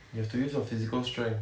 you have to use your physical strength